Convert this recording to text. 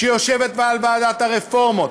שיושבת בוועדת הרפורמות,